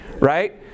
right